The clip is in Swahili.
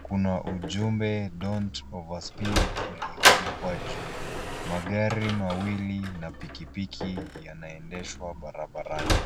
Kuna ujumbe don't overspeed ulioandikwa juu. Magari mawili na pikipiki yanaendeshwa barabarani.